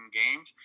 games